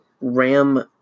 Ram